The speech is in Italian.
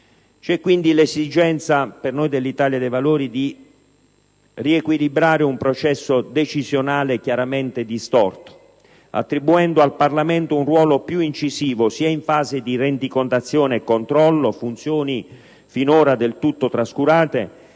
c'è quindi l'esigenza di riequilibrare un processo decisionale chiaramente distorto, attribuendo al Parlamento un ruolo più incisivo sia in fase di rendicontazione e controllo (funzioni, queste, finora del tutto trascurate),